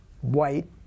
white